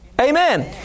Amen